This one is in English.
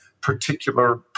particular